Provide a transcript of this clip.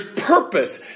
purpose